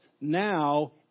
now